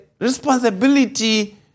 responsibility